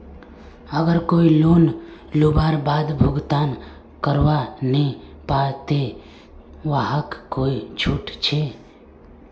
अगर कोई लोन लुबार बाद भुगतान करवा नी पाबे ते वहाक कोई छुट छे?